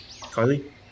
Carly